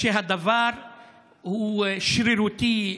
שהדבר הוא שרירותי,